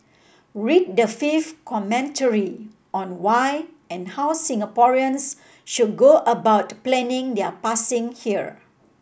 read the fifth commentary on why and how Singaporeans should go about planning their passing here